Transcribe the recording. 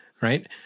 Right